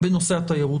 בנושא התיירות.